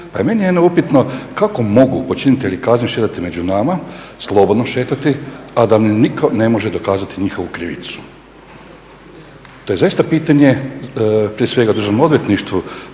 Pa je meni upitno kako mogu počinitelji kazni šetati među nama, slobodno šetati, a da mu nitko ne može dokazati njihovu krivicu. To je zaista pitanje prije svega Državnom odvjetništvu